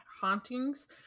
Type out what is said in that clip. hauntings